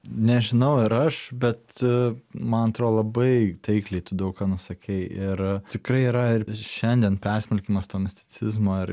nežinau ar aš bet man atrodo labai taikliai tu daug ką nusakei ir tikrai yra ir šiandien persmelkiamas to misticizmo ir